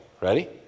Ready